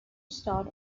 starred